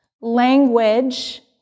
language